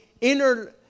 inner